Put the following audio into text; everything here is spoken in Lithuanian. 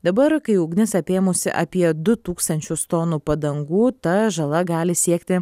dabar kai ugnis apėmusi apie du tūkstančius tonų padangų ta žala gali siekti